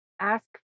Ask